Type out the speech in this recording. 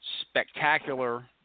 spectacular